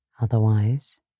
Otherwise